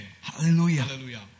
Hallelujah